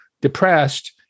depressed